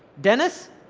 dennis!